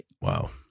Wow